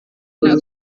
nta